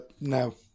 no